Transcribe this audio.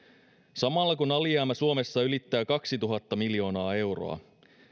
samalla kun alijäämä suomessa ylittää kaksituhatta miljoonaa euroa